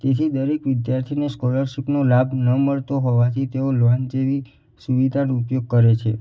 તેથી દરેક વિધાર્થીને સ્કોલરશીપનો લાભ ન મળતો હોવાથી તેઓ લોન જેવી સુવિધાનો ઉપયોગ કરે છે